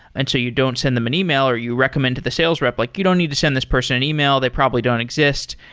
and so you don't send them an email or you recommend the sales rep like, you don't need to send this person an email. they probably don't exist.